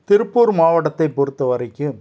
திருப்பூர் மாவட்டத்தை பொறுத்த வரைக்கும்